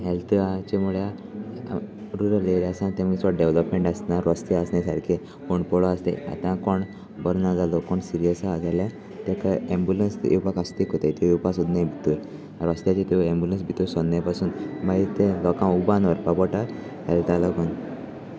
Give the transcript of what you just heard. हेल्थाचे म्हळ्यार रुरल एरियासान ते चड डेवलपमेंट आसना रस्ते आसन सारके कोण पडलो आसता आतां कोण बरो ना जालो कोण सिरियस आसा जाल्यार ताका अंबुलन्स येवपाक आसतंताय त्यो येवपाक सोद नाय भितर रस्त्याचे त्यो अंबुलन्स भितर सोदनाय पासून मागीर ते लोकांक उबारून व्हरपा पोडटा हेल्था लागून